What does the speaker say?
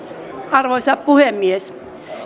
arvoisa puhemies